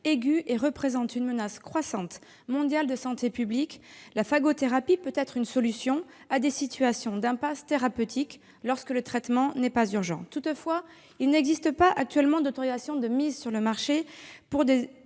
aigu et représente une menace croissante mondiale de santé publique, la phagothérapie peut être une solution à des situations d'impasse thérapeutique lorsque le traitement n'est pas urgent. Toutefois, il n'existe pas, actuellement, d'autorisation de mise sur le marché pour des